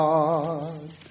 God